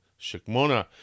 Shikmona